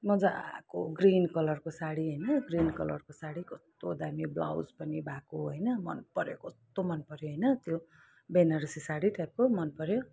मजाको ग्रिन कलरको साडी होइन ग्रीन कलरको साडी कस्तो दामी ब्लाउज पनि भएको होइन मन पऱ्यो कस्तो मन पऱ्यो होइन त्यो बनारसी साडी ट्याक्क मन पऱ्यो